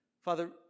Father